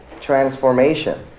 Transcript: transformation